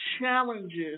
challenges